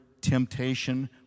temptation